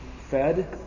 fed